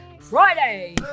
friday